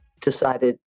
decided